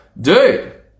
dude